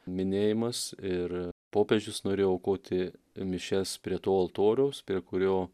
minėjimas ir popiežius norėjo aukoti mišias prie to altoriaus prie kurio